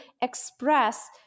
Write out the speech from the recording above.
express